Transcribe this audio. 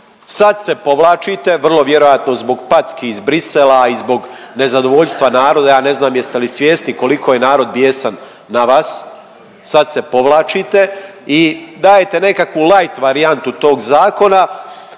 Sad se povlačite, vrlo vjerojatno zbog packi iz Bruxellesa i zbog nezadovoljstva naroda, ja ne znam jeste li svjesni koliko je narod bijesan na vas, sad se povlačite i dajete nekakvu light varijantu tog zakona,